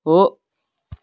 हो